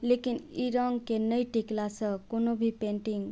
लेकिन ई रङ्गके नहि टिकलासँ कोनो भी पेन्टिंग